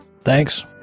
Thanks